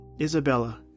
Isabella